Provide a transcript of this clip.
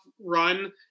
run